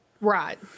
Right